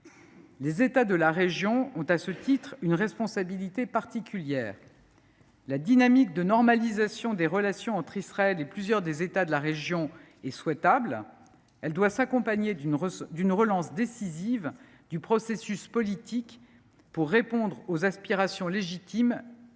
Les États de la région ont, à ce titre, une responsabilité particulière. La dynamique de normalisation des relations entre Israël et plusieurs des États de la région est souhaitable. Elle doit s’accompagner d’une relance décisive du processus politique pour répondre aux aspirations légitimes